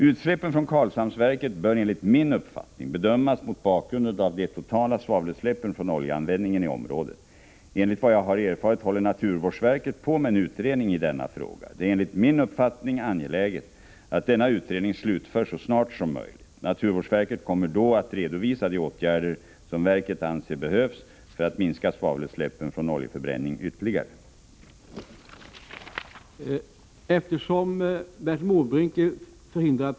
Utsläppen från Karlshamnsverket bör enligt min uppfattning bedömas mot bakgrund av de totala svavelutsläppen från oljeanvändningen i området. Enligt vad jag har erfarit håller naturvårdsverket på med en utredning i denna fråga. Det är enligt min uppfattning angeläget att denna utredning slutförs så snart som möjligt. Naturvårdsverket kommer då att redovisa de åtgärder som verket anser behövs för att minska svavelutsläppen från oljeförbränning ytterligare.